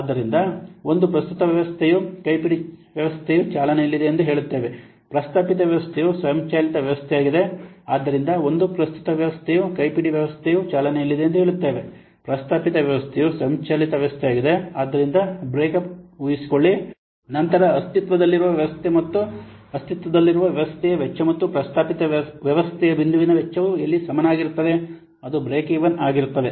ಆದ್ದರಿಂದ ಒಂದು ಪ್ರಸ್ತುತ ವ್ಯವಸ್ಥೆಯು ಕೈಪಿಡಿ ವ್ಯವಸ್ಥೆಯು ಚಾಲನೆಯಲ್ಲಿದೆ ಎಂದು ಹೇಳುತ್ತದೆ ಪ್ರಸ್ತಾಪಿತ ವ್ಯವಸ್ಥೆಯು ಸ್ವಯಂಚಾಲಿತ ವ್ಯವಸ್ಥೆಯಾಗಿದೆ ಆದ್ದರಿಂದ ಒಂದು ಪ್ರಸ್ತುತ ವ್ಯವಸ್ಥೆಯು ಕೈಪಿಡಿ ವ್ಯವಸ್ಥೆಯು ಚಾಲನೆಯಲ್ಲಿದೆ ಎಂದು ಹೇಳುತ್ತದೆ ಪ್ರಸ್ತಾಪಿತ ವ್ಯವಸ್ಥೆಯು ಸ್ವಯಂಚಾಲಿತ ವ್ಯವಸ್ಥೆಯಾಗಿದೆಆದ್ದರಿಂದ ಬ್ರೇಕ್ಅಪ್ ಊಹಿಸಿಕೊಳ್ಳಿ ನಂತರ ಅಸ್ತಿತ್ವದಲ್ಲಿರುವ ವ್ಯವಸ್ಥೆ ಮತ್ತು ಅಸ್ತಿತ್ವದಲ್ಲಿರುವ ವ್ಯವಸ್ಥೆಯ ವೆಚ್ಚ ಮತ್ತು ಪ್ರಸ್ತಾಪಿತ ವ್ಯವಸ್ಥೆಯ ಬಿಂದುವಿನ ವೆಚ್ಚವು ಎಲ್ಲಿ ಸಮಾನವಾಗಿರುತ್ತದೆ ಅದು ಬ್ರೇಕ್ ಈವನ್ ಆಗಿರುತ್ತದೆ